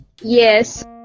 Yes